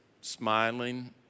smiling